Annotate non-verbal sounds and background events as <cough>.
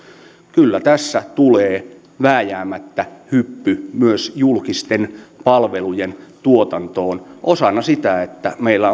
kyllä tässä tulee vääjäämättä hyppy myös julkisten palvelujen tuotantoon osana sitä että meillä <unintelligible>